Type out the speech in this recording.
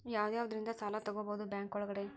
ಯಾವ್ಯಾವುದರಿಂದ ಸಾಲ ತಗೋಬಹುದು ಬ್ಯಾಂಕ್ ಒಳಗಡೆ?